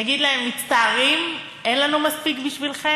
נגיד להם: מצטערים, אין לנו מספיק בשבילכם.